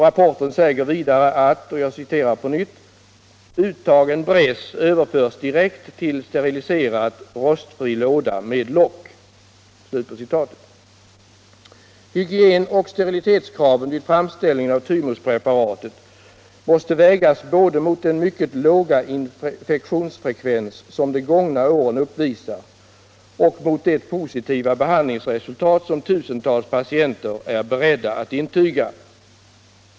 Rapporten säger vidare att ”uttagen bräss överförs direkt till steriliserad rostfri låda med lock”. Hygienoch sterilitetskraven vid framställningen av thymuspreparatet måste vägas både mot den mycket låga infektionsfrekvens som de gångna åren uppvisar och mot det positiva behandlingsresultat som tusentals patienter är beredda att intyga.